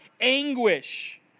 anguish